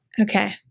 Okay